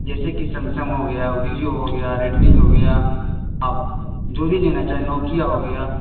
جیسے کہ سمسنگ ہو گیا ویوو ہو گیا ریڈمی ہو گیا آپ جو بھی لینا چاہیں نوکیا ہو گیا